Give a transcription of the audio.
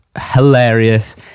hilarious